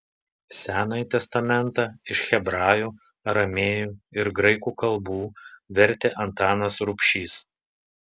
senąjį testamentą iš hebrajų aramėjų ir graikų kalbų vertė antanas rubšys